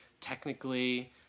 technically